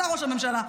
אתה ראש הממשלה,